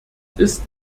ist